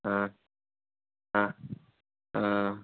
हाँ हाँ हाँ